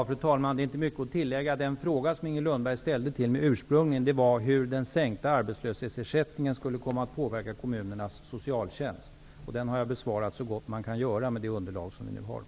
Fru talman! Det är inte mycket att tillägga. Inger Lundbergs ursprungliga fråga gällde hur den sänkta arbetslöshetsersättningen skulle komma att påverka kommunernas socialtjänst. Den frågan har jag besvarat så gott det går med det underlag som finns.